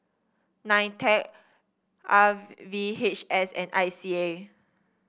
Nitec R V H S and I C A